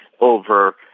over